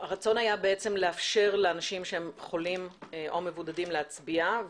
הרצון היה לאפשר לאנשים שהם חולים או מבודדים להצביע.